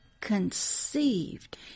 conceived